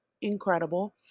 Incredible